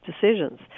decisions